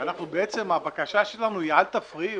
שאנחנו בעצם הבקשה שלנו היא: אל תפריעו.